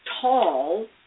tall